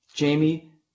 Jamie